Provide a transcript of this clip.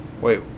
Wait